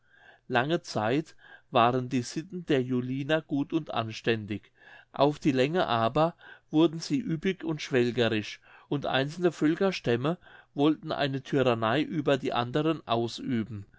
lange zeit waren die sitten der juliner gut und anständig auf die länge aber wurden sie üppig und schwelgerisch und einzelne völkerstämme wollten eine tyrannei über die anderen ausüben